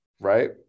right